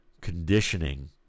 conditioning